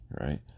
right